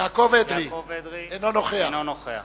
אינו נוכח